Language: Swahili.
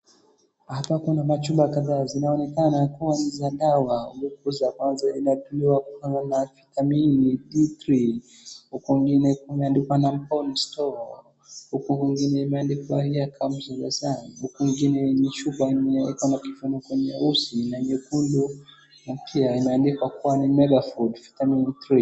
Hapa kuna machupa kadhaa zinaonekana kuwa ni za dawa. Huku za kwanza inatumiwa kwa na vitamin D3 . Huku kwingine kumeandikwa Bone Restore . Huku kwingine imeandikwa here comes the sun . Huku kwingine ni chupa ingine iko na kifuniko nyeusi na nyekundu na pia imeandikwa kuwa ni MegaFood vitamin 3 .